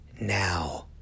now